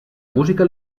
música